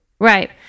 Right